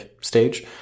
stage